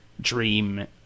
dream